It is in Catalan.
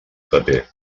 paper